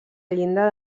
llinda